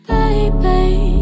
Baby